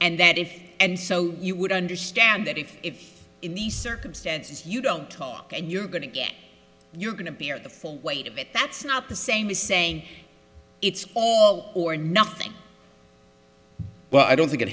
and that if and so you would understand that if if in the circumstances you don't talk and you're going to get you're going to be are the full weight of it that's not the same as saying it's or nothing but i don't think it